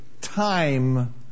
time